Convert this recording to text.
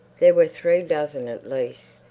there were three dozzing at least.